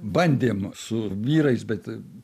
bandėm su vyrais bet